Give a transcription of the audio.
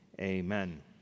Amen